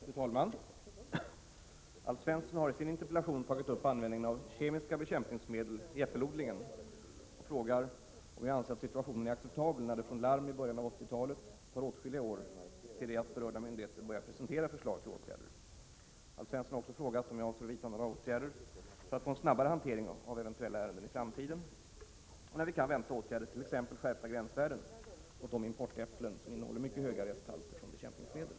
Fru talman! Alf Svensson har i sin interpellation tagit upp användningen av kemiska bekämpningsmedel inom äppelodlingen och frågar om jag anser att situationen är acceptabel när det från larm i början av 1980-talet tar åtskilliga år till det att berörda myndigheter börjar presentera förslag till åtgärder. Alf Svensson har också frågat om jag avser att vidta några åtgärder för att få en snabbare hantering av eventuella ärenden i framtiden och när vi kan vänta åtgärder, t.ex. skärpta gränsvärden, mot de importäpplen som innehåller mycket höga resthalter från bekämpningsmedel.